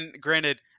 granted